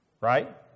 Right